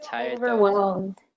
overwhelmed